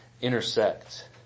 intersect